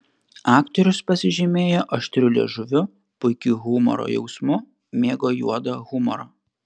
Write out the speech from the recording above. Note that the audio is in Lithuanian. aktorius pasižymėjo aštriu liežuviu puikiu humoro jausmu mėgo juodą humorą